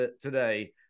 today